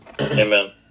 Amen